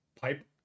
Pipe